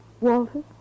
Walter